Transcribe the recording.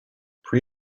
pre